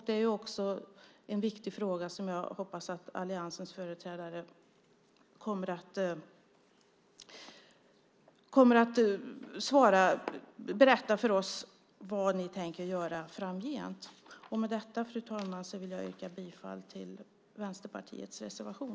Det är också en viktig fråga, och jag hoppas att alliansens företrädare kommer att berätta för oss vad ni tänker göra framgent. Med detta, fru talman, vill jag yrka bifall till Vänsterpartiets reservation.